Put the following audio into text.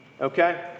Okay